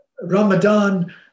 Ramadan